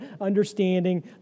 understanding